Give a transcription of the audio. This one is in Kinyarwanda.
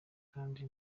kandi